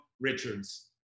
Richards